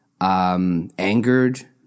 angered